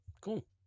Cool